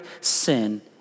sin